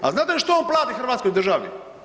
A znate što on plati Hrvatskoj državi?